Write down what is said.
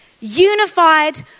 unified